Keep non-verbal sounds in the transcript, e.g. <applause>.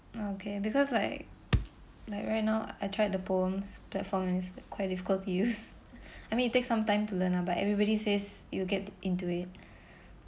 okay because like like right now I tried the POEMS platform and it's quite difficult to use <laughs> I mean it takes some time to learn ah but everybody says you'll get into it <breath>